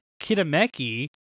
Kitameki